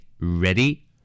Ready